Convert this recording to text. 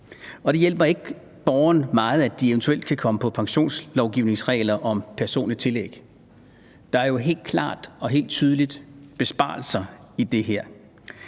det hjælper ikke borgerne meget, at de eventuelt kan komme ind under pensionslovgivningens regler om personlige tillæg. Der er jo helt klart og tydeligt besparelser i det her.